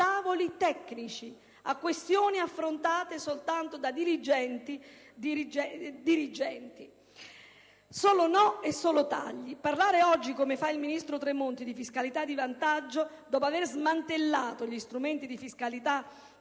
tavoli tecnici, a questioni affrontate solo da dirigenti. Solo no e solo tagli. Parlare oggi, come fa il ministro Tremonti, di fiscalità di vantaggio, dopo aver smantellato gli strumenti di fiscalità